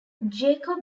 jacob